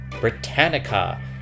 Britannica